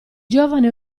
giovane